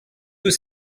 tout